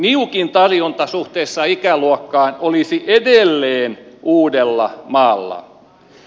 niukin tarjonta suhteessa ikäluokkaan olisi edelleen uudellamaalla